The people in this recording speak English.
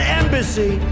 embassy